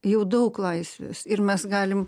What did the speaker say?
jau daug laisvės ir mes galim